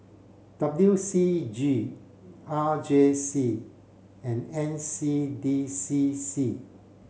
W C G R J C and N C D C C